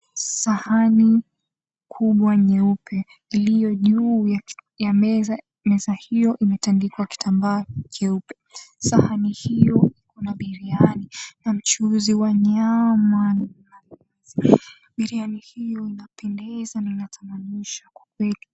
Sahani kubwa nyeupe iliyo juu ya meza. Meza hiyo imetandikwa kitambaa cheupe. Sahani hiyo una biriani na mchuzi wa nyama. Biriani hiyo inapendeza na inatamanisha kwa kweli.